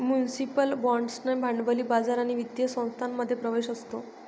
municipal बाँड्सना भांडवली बाजार आणि वित्तीय संस्थांमध्ये प्रवेश असतो